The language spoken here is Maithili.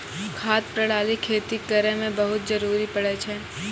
खाद प्रणाली खेती करै म बहुत जरुरी पड़ै छै